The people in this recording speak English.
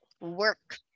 work